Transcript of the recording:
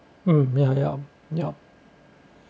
um yup yup